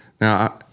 Now